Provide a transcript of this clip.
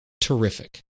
Terrific